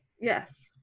Yes